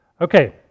Okay